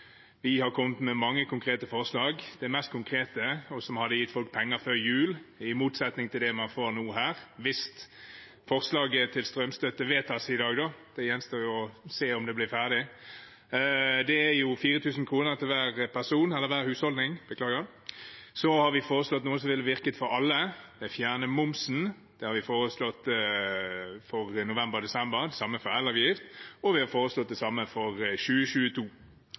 Vi har kommet med mange konkrete forslag. Det mest konkrete, og som hadde gitt folk penger før jul, i motsetning til det man får her nå – hvis forslaget til strømstøtte vedtas i dag, det gjenstår å se om det blir ferdig – er 4 000 kr til hver husholdning. Så har vi foreslått noe som ville virket for alle, og det er å fjerne momsen. Det har vi foreslått for november, desember, det samme for elavgift, og vi har foreslått det samme for 2022.